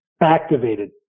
Activated